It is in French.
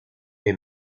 est